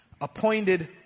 appointed